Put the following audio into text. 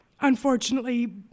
unfortunately